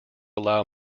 allow